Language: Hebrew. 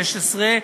התשע"ו 2016,